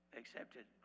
accepted